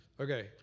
Okay